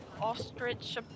ostrich